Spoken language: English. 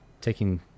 taking